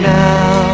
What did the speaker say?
now